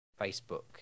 Facebook